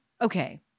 okay